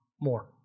more